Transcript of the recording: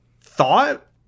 thought